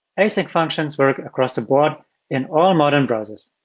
async functions work across the board in all modern browsers.